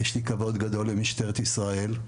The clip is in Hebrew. יש לי כבוד גדול למשטרת ישראל.